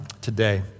today